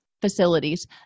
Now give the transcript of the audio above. facilities